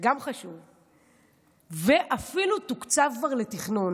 שגם זה חשוב, ואפילו תוקצב כבר לתכנון.